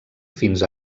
fins